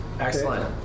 Excellent